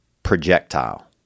projectile